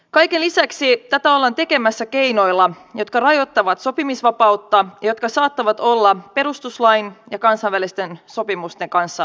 kaiken lisäksi tätä ollaan tekemässä keinoilla jotka rajoittavat sopimisvapautta ja jotka saattavat olla perustuslain ja kansainvälisten sopimusten kanssa ristiriidassa